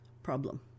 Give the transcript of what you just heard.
problem